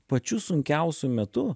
pačiu sunkiausiu metu